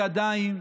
והיא עדיין,